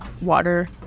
water